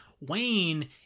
Wayne